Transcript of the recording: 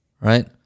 Right